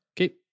Okay